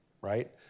right